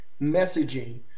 messaging